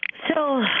so,